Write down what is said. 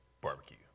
barbecue